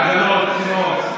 עגלות תינוק,